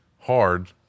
hard